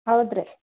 ಹೌದು ರೀ